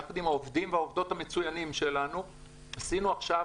יחד עם העובדים והעובדות המצוינים שלנו עשינו עכשיו